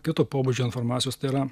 kito pobūdžio informacijos tai yra